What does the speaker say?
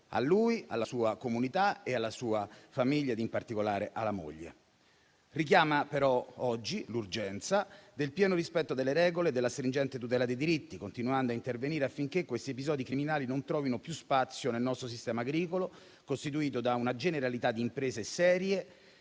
alla sua comunità e alla sua famiglia ed in particolare alla moglie - richiama però oggi l'urgenza del pieno rispetto delle regole e della stringente tutela dei diritti, continuando a intervenire affinché questi episodi criminali non trovino più spazio nel nostro sistema agricolo, costituito da una generalità di imprese serie,